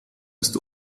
ist